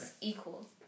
equal